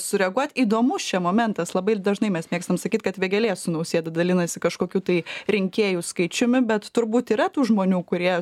sureaguot įdomus čia momentas labai dažnai mes mėgstam sakyt kad vėgėlė su nausėda dalinasi kažkokiu tai rinkėjų skaičiumi bet turbūt yra tų žmonių kurie